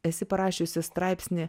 esi parašiusi straipsnį